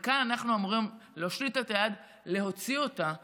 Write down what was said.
וכאן אנחנו אמורים להושיט לה את היד ולהוציא אותה משם,